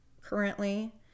currently